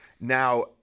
now